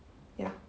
ya